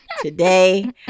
today